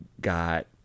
got